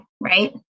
right